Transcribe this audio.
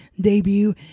debut